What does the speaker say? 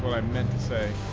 but um meant to say